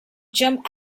jump